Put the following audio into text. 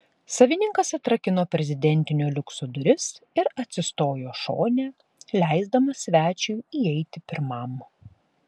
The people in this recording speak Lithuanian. savininkas atrakino prezidentinio liukso duris ir atsistojo šone leisdamas svečiui įeiti pirmam